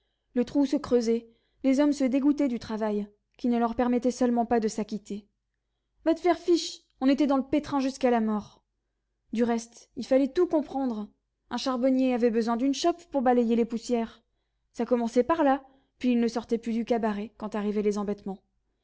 le trou se creusait les hommes se dégoûtaient du travail qui ne leur permettait seulement pas de s'acquitter va te faire fiche on était dans le pétrin jusqu'à la mort du reste il fallait tout comprendre un charbonnier avait besoin d'une chope pour balayer les poussières ça commençait par là puis il ne sortait plus du cabaret quand arrivaient les embêtements